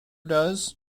does